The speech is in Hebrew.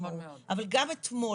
אבל גם אתמול,